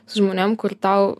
su žmonėm kur tau